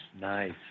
nice